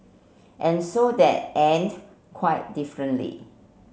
and so that end quite differently